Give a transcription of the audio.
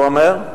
הוא אומר: